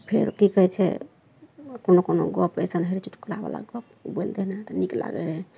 फेर की कहय छै कोनो कोनो गप्प ऐसन होइ चुटकुलावला गप्प बोलि देलक तऽ नीक लागय रहय